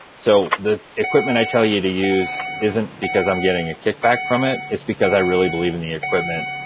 so the equipment i tell you to use isn't because i'm getting a kickback from it, it's because i really believe in the equipment.